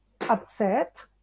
upset